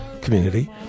community